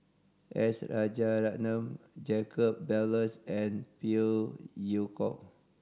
S Rajaratnam Jacob Ballas and Phey Yew Kok